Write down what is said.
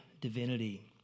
divinity